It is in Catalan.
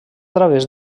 través